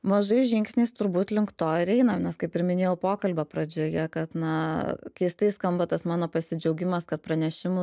mažais žingsniais turbūt link to ir einam nes kaip ir minėjau pokalbio pradžioje kad na keistai skamba tas mano pasidžiaugimas kad pranešimų